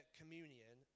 communion